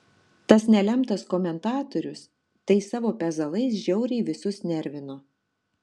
tas nelemtas komentatorius tai savo pezalais žiauriai visus nervino